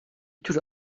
tür